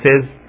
says